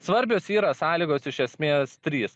svarbios yra sąlygos iš esmės trys